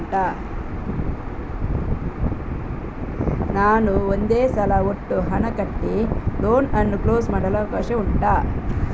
ನಾನು ಒಂದೇ ಸಲ ಒಟ್ಟು ಹಣ ಕಟ್ಟಿ ಲೋನ್ ಅನ್ನು ಕ್ಲೋಸ್ ಮಾಡಲು ಅವಕಾಶ ಉಂಟಾ